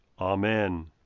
Amen